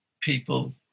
people